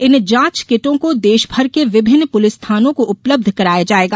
इन जांच किटों को देश भर के विभिन्न पुलिस थानो को उपलब्ध कराया जायेगा